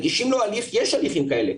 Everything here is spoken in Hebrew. יש הליכים כאלה.